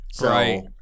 Right